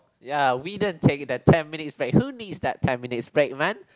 ya we didn't take that ten minutes break who needs that ten minutes break man